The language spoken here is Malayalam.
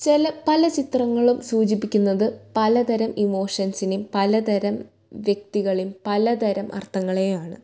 ചില പല ചിത്രങ്ങളും സൂചിപ്പിക്കുന്നത് പലതരം ഇമോഷൻസിനേയും പല തരം വ്യക്തികളേയും പല തരം അർത്ഥങ്ങളെയും ആണ്